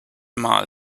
mal